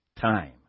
time